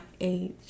age